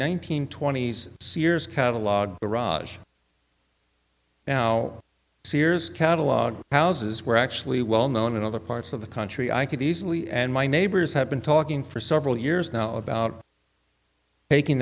hundred twenty s sears catalog garage now sears catalog houses were actually well known in other parts of the country i could easily and my neighbors have been talking for several years now about taking